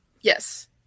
Yes